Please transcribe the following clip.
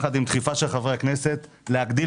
ביחד עם דחיפה של חברי הכנסת להגדיל